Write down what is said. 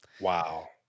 Wow